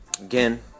Again